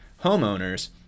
homeowners